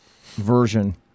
version